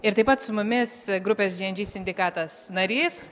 ir taip pat su mumis grupės džy en džy sindikatas narys